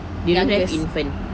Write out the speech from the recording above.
we don't have infant